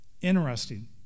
Interesting